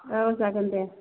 औ जागोन दे